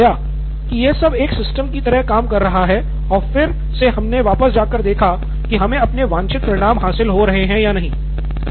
लेकिन हमने पाया की यह सब एक सिस्टम की तरह काम कर रहा है और फिर से हमने वापस जा कर देखा की हमे अपने वांछित परिणाम हासिल हो रहे है या नहीं